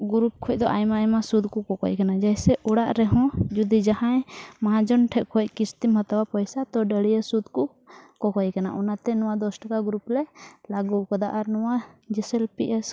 ᱠᱷᱚᱡ ᱫᱚ ᱟᱭᱢᱟᱼᱟᱭᱢᱟ ᱥᱩᱫᱽ ᱠᱚ ᱠᱚᱠᱚᱭ ᱠᱟᱱᱟ ᱡᱮᱭᱥᱮ ᱚᱲᱟᱜ ᱨᱮᱦᱚᱸ ᱡᱩᱫᱤ ᱡᱟᱦᱟᱸᱭ ᱢᱚᱦᱟᱡᱚᱱ ᱴᱷᱮᱱ ᱠᱷᱚᱱ ᱠᱤᱥᱛᱤᱢ ᱦᱟᱛᱟᱣᱟ ᱯᱚᱭᱥᱟ ᱛᱳ ᱰᱟᱹᱲᱭᱟᱹ ᱥᱩᱫᱽ ᱠᱚ ᱠᱚᱠᱚᱭ ᱠᱟᱱᱟ ᱚᱱᱟᱛᱮ ᱱᱚᱣᱟ ᱫᱚᱥ ᱴᱟᱠᱟ ᱞᱮ ᱞᱟᱹᱜᱩ ᱟᱠᱟᱫᱟ ᱟᱨ ᱱᱚᱣᱟ